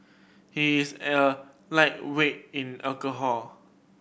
he is a lightweight in alcohol